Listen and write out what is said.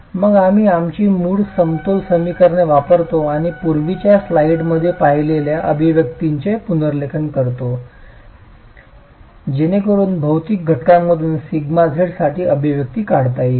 मग आम्ही आमची मूळ समतोल समीकरणे वापरतो आणि पूर्वीच्या स्लाइडमध्ये पाहिलेल्या अभिव्यक्तींचे पुनर्लेखन करतो जेणेकरून भौतिक घटकांमधूनच σz साठी अभिव्यक्ती काढता येईल